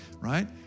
right